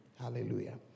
Hallelujah